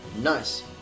Nice